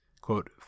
Quote